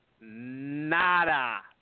nada